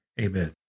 Amen